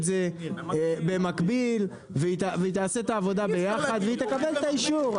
בגילוי הדעת הניסוח בעברית הוא לא כל כך ניסוח של חקיקה,